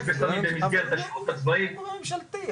בסמים במסגרת השירות הצבאי --- אבל הוא גורם ממשלתי,